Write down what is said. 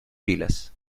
filas